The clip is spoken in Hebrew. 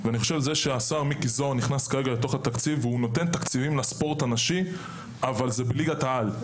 השר מיקי זוהר נכנס לתקציב ונותן תקציבים לספורט הנשי אבל זה בליגת העל,